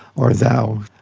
or thou.